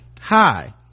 Hi